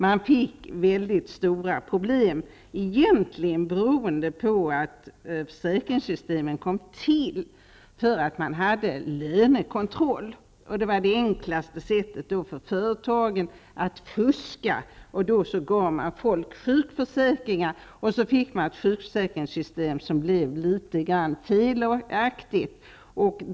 Man fick stora problem, egentligen beroende på att man hade lönekontroll. Försäkringar innebar det enklaste sättet för företagen att fuska. De gav folk sjukförsäkringar. Man fick ett försäkringssystem som blev litet felaktigt.